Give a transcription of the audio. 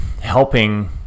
helping